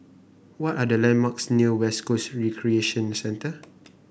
what are the landmarks near West Coast Recreation Centre